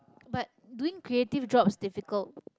but doing creative job's difficult